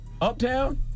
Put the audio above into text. Uptown